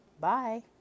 Bye